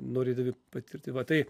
norėdami patirti va tai